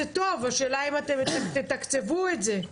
השאלה היא האם תתקצבו את זה,